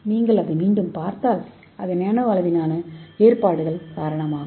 நீங்கள் அதை மீண்டும் பார்த்தால் அது நானோ அளவிலான ஏற்பாடுகள் காரணமாகும்